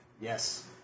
Yes